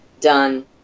Done